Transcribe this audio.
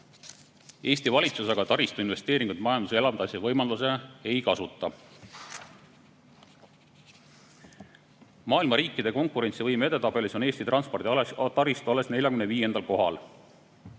Eesti valitsus aga taristuinvesteeringuid majanduse elavdamise võimalusena ei kasuta. Maailma riikide konkurentsivõime edetabelis on Eesti transporditaristu alles 45. kohal.